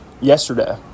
yesterday